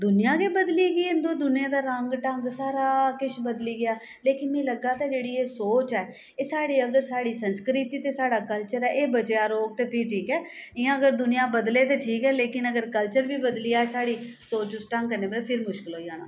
दूनियां गै बदली गेई दूनियां दा रंग ढंग सारा किश बदली गेआ लेकिन मिगी लग्गा दा ऐ जेह्ड़ी एह् सोच ऐ एह् साढ़े अगर साढ़ी संस्कृति ते साढ़ा कल्चर ऐ एह् बचेआ रौह्ग ते फिर ठीक ऐ इ'यां अगर दूनियां बदले ते ठीक ऐ लेकिन अगर कल्चर बी बदली आ साढ़ी सोच उस ढंग कन्नै फिर मुश्कल होई जाना